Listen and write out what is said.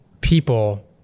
people